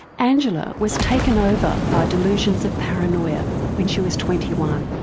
angela was taken over by delusions of paranoia when she was twenty one.